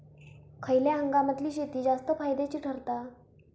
खयल्या हंगामातली शेती जास्त फायद्याची ठरता?